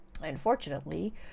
Unfortunately